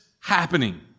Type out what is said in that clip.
happening